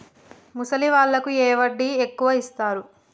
ముసలి వాళ్ళకు ఏ వడ్డీ ఎక్కువ ఇస్తారు?